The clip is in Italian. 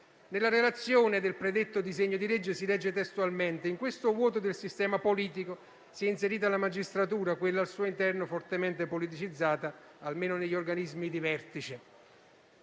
Nella relazione del predetto disegno di legge si legge testualmente: «In questo vuoto del sistema politico, si è inserita la magistratura, quella al suo interno fortemente politicizzata, almeno negli organismi di vertice».